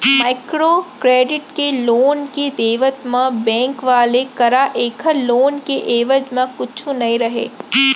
micro credit के loan के देवत म बेंक वाले करा ऐखर लोन के एवेज म कुछु नइ रहय